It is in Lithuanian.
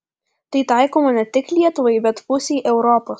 tai taikoma ne tik lietuvai bet pusei europos